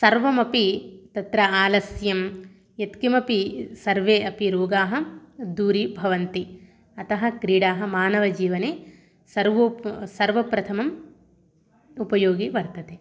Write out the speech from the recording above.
सर्वमपि तत्र आलस्यं यत् किमपि सर्वे अपि रोगाः दूरी भवन्ति अतः क्रीडाः मानवजीवने सर्वोप् सर्व प्रथमम् उपयोगी वर्तते